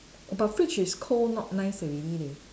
but fridge is cold not nice already leh